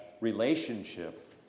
relationship